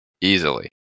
easily